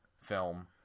film